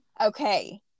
Okay